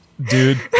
Dude